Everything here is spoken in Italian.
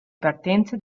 partenze